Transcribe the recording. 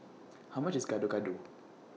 How much IS Gado Gado